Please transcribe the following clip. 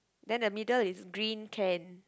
then the middle is green can